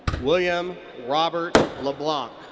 william robert leblanc.